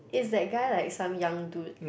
is that guy like some young dude